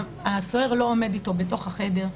הסוהר לא עומד איתו בתוך החדר,